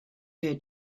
her